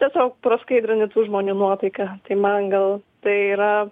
tiesiog praskaidrini tų žmonių nuotaiką tai man gal tai yra